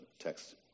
text